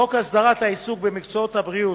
חוק הסדרת העיסוק במקצועות הבריאות,